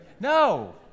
No